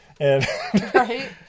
Right